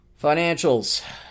Financials